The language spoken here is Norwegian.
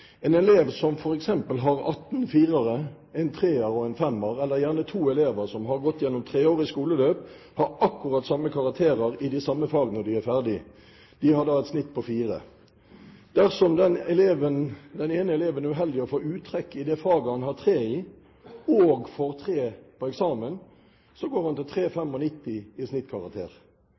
En elev som f.eks. har atten 4-ere, en 3-er og en 5-er, eller gjerne to elever som har gått gjennom et treårig skoleløp og har akkurat samme karakterer i de samme fag når de er ferdige, har da et snitt på 4. Dersom den ene eleven er uheldig og får uttrekk i det faget han har 3 i og får 3 på eksamen, går han ned til 3,95 i snittkarakter,